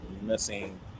missing